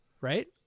right